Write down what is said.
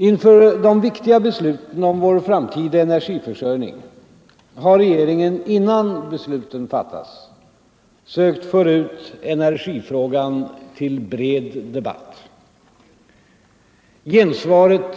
Inför de viktiga besluten om vår framtida energiförsörjning har regeringen innan besluten fattas sökt föra ut energifrågan till bred debatt. Gensvaret